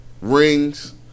rings